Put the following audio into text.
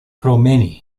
promeni